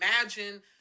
imagine